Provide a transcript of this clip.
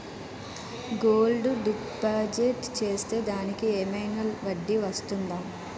Gold deposit చేస్తే దానికి ఏమైనా వడ్డీ వస్తుందా?